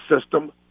system